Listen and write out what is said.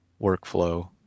workflow